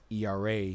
ERA